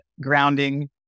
grounding